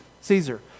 Caesar